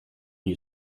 you